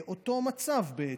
זה אותו מצב בעצם.